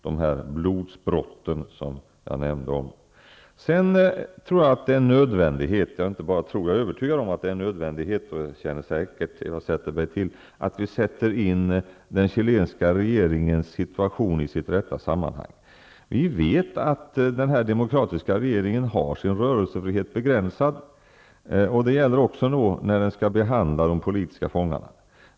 Det gäller dessa blodsbrott som jag nämnde. Jag är övertygad om att det är nödvändigt att vi sätter in den chilenska regeringens situation i sitt rätta sammanhang. Det känner säkert Eva Zetterberg till. Vi vet att den här demokratiska regeringen har sin rörelsefrihet begränsad. Det gäller även när den skall behandla de politiska fångarna.